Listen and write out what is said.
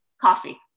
Coffee